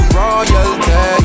royalty